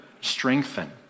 strengthen